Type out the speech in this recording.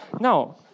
Now